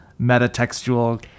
meta-textual